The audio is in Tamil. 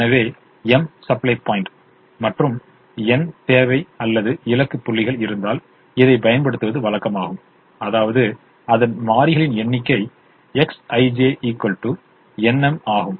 எனவே மீ சப்ளை பாயிண்ட்கள் மற்றும் n தேவை அல்லது இலக்கு புள்ளிகள் இருந்தால் இதைப் பயன்படுத்துவது வழக்கமாகும் அதாவது அதன் மாறிகளின் எண்ணிக்கை Xij mn ஆகும்